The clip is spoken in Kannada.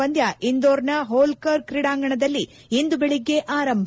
ಪಂದ್ಯ ಇಂದೋರ್ನ ಹೋಲ್ಸರ್ ಕ್ರೀಡಾಂಗಣದಲ್ಲಿ ಇಂದು ಬೆಳಿಗ್ಗೆ ಆರಂಭ